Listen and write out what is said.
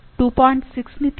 6 ని తీసేస్తే అపుడు 0